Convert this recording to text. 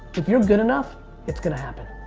if your good enough its gonna happen.